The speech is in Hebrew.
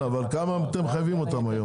בכמה אתם מחייבים אותם היום?